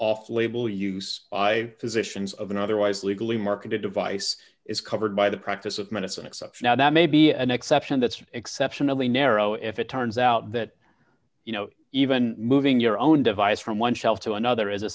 off label use by physicians of an otherwise legally marketed device is covered by the practice of medicine except now that may be an exception that's exceptionally narrow if it turns out that you know even moving your own device from one shelf to another is a